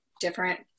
different